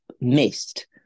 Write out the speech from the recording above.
missed